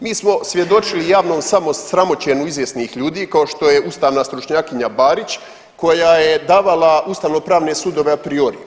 Mi smo svjedočili javnom samo sramoćenju izvjesnih ljudi kao što je ustavna stručnjakinja Barić koja je davala ustavnopravne sudove a priori.